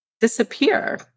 disappear